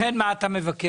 לכן מה אתה מבקש?